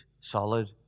solid